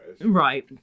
Right